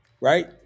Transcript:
right